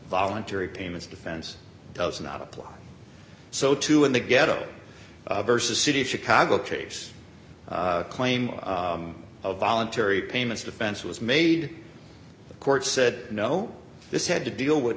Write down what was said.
voluntary payments defense does not apply so to in the ghetto versus city chicago case claim of voluntary payments defense was made the court said no this had to deal with